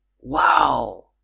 Wow